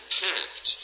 pact